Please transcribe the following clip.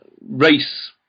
race